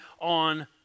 on